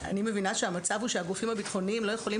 מבינה שהמצב הוא שהגופים הביטחוניים לא יכולים